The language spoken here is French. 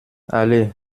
aller